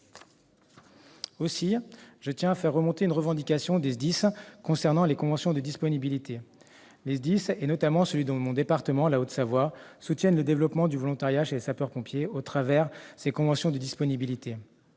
Aussi, je tiens à faire remonter une revendication des SDIS concernant les conventions de disponibilité. Les SDIS, et notamment celui de mon département, la Haute-Savoie, soutiennent le développement du volontariat chez les sapeurs-pompiers à travers ces conventions de disponibilité.